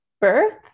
Birth